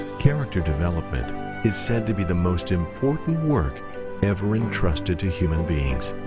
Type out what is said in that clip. character development is said to be the most important work ever entrusted to human beings.